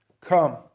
Come